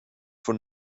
von